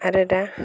आरो दा